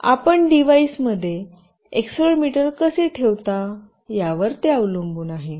तर आपण डिव्हाइसमध्ये एक्सेलेरोमीटरकसे ठेवता यावर ते अवलंबून आहे